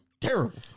terrible